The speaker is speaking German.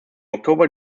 oktober